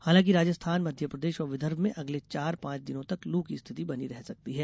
हालांकि राजस्थान मध्य प्रदेश और विदर्भ में अगले चार पांच दिनों तक लू की स्थिति बनी रह सकती है